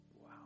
Wow